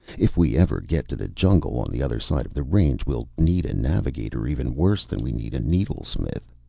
if we ever get to the jungle on the other side of the range, we'll need a navigator even worse than we need a needlesmith.